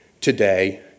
Today